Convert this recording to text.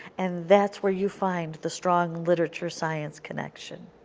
and that's where you find the strong literature science connection.